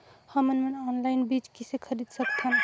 हमन मन ऑनलाइन बीज किसे खरीद सकथन?